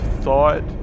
thought